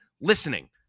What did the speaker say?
listening